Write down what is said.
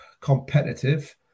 competitive